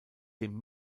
dem